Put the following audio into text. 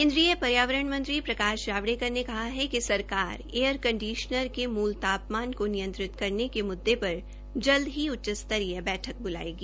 केन्द्रीय पर्यावरण मंत्री प्रकाश जावड़ेकर ने कहा है कि एयर कंडीशनर के मूल तापमान को नियंत्रित करने के मुद्देपर जल्द ही उच्च स्तरीय बैठक ब्लायेगी